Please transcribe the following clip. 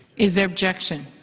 is there objection?